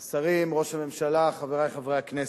השרים, ראש הממשלה, חברי חברי הכנסת,